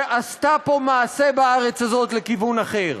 שעשתה פה מעשה, בארץ הזאת, לכיוון אחר.